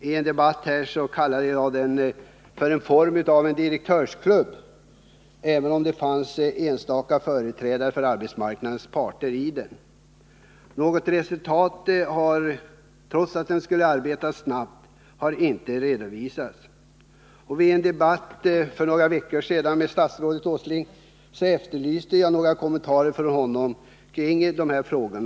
I en debatt här i riksdagen kallade jag denna delegation för något av en direktörsklubb, även om det ingår enstaka företrädare för arbetsmarknadens parter i den. Något resultat har, trots att delegationen skulle arbeta snabbt, ännu inte redovisats. I en debatt för några veckor sedan med statsrådet Åsling efterlyste jag kommentarer av honom kring dessa frågor.